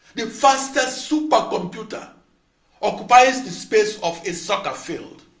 the fastest supercomputer occupies the space of a soccer field.